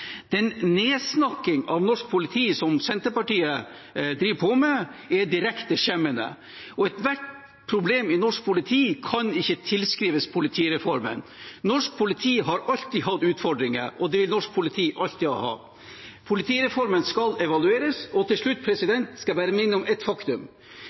Den nedsnakkingen av norsk politi som Senterpartiet driver med, er direkte skjemmende. Ethvert problem i norsk politi kan ikke tilskrives politireformen. Norsk politi har alltid hatt utfordringer, og det vil norsk politi alltid ha. Politireformen skal evalueres. Til slutt skal jeg bare minne om et faktum.